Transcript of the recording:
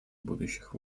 будущих